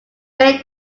made